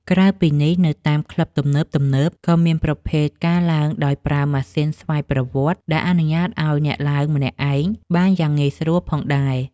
ក្រៅពីនេះ នៅតាមក្លឹបទំនើបៗក៏មានប្រភេទ ការឡើងដោយប្រើម៉ាស៊ីនស្វ័យប្រវត្តិ ដែលអនុញ្ញាតឱ្យអ្នកឡើងម្នាក់ឯងបានយ៉ាងងាយស្រួលផងដែរ។